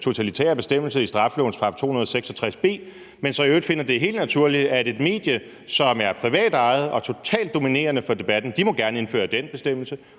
totalitære bestemmelse i straffelovens § 266 b, men så i øvrigt finder det helt naturligt, at et medie, som er privatejet og totalt dominerende for debatten, gerne må indføre den bestemmelse